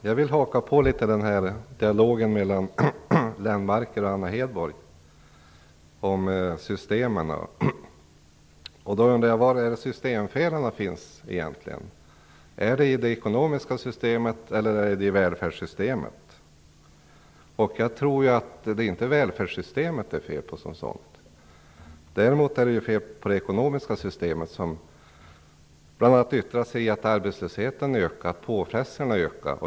Fru talman! Jag vill haka på dialogen mellan Göran Lennmarker och Anna Hedborg om systemen. Jag undrar var systemfelen egentligen finns. Är det i de ekonomiska systemet, eller är det i välfärdssystemet? Det är inte fel på välfärdssystemet som sådant. Därmot är det fel på det ekonomiska systemet, vilket bl.a. yttrar sig i att arbetslösheten ökar och påfrestningarna ökar.